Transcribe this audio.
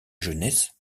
jeunesse